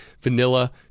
vanilla